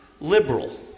Liberal